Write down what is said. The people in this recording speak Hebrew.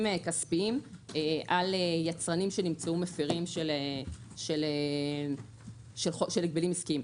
כספיים על יצרנים שנמצאו מפרים של הגבלים עסקיים,